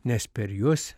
nes per juos